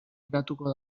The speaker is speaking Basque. geratuko